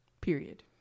Period